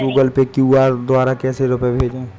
Google Pay QR द्वारा कैसे रूपए भेजें?